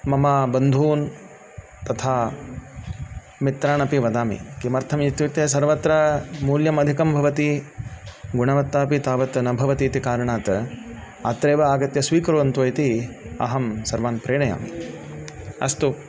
मम बन्धून् तथा मित्रानपि वदामि किमर्थम् इत्युक्ते सर्वत्र मूल्यम् अधिकं भवति गुणवत्ता अपि तावत् न भवति इति कारणात् अत्रैव आगत्य स्वीकर्वन्तु इति अहं सर्वान् प्रेणयामि अस्तु